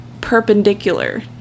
perpendicular